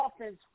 offense